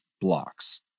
blocks